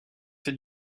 fait